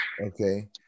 okay